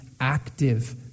active